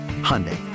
Hyundai